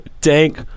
Dank